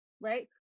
right